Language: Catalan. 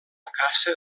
caça